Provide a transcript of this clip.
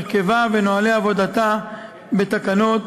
הרכבה ונוהלי עבודתה בתקנות,